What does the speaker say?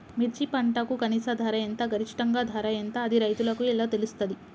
మిర్చి పంటకు కనీస ధర ఎంత గరిష్టంగా ధర ఎంత అది రైతులకు ఎలా తెలుస్తది?